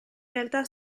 realtà